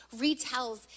retells